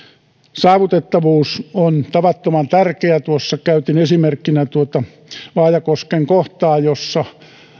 saavutettavuus on tavattoman tärkeää käytin esimerkkinä tuota vaajakosken kohtaa jossa